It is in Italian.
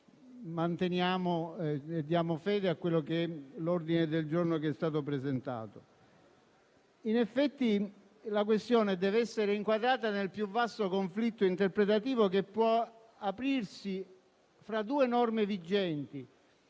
cui dessimo fede all'ordine del giorno presentato. In effetti, la questione deve essere inquadrata nel più vasto conflitto interpretativo che può aprirsi fra due norme vigenti: